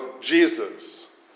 Jesus